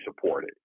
supported